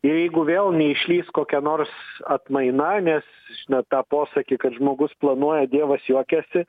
jeigu vėl neišlįs kokia nors atmaina nes žinot tą posakį kad žmogus planuoja dievas juokiasi